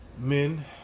men